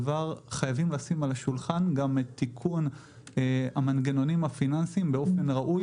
חייבים לשים על השולחן גם את תיקון המנגנונים הפיננסיים באופן ראוי